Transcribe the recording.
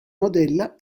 modella